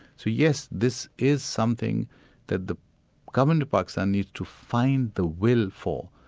so yes, this is something that the government of pakistan needs to find the will for,